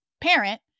parent